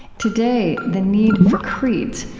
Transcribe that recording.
today, the need for creeds,